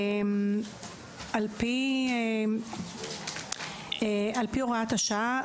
על פי הוראת השעה,